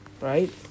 right